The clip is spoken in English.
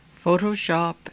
Photoshop